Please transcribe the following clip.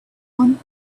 one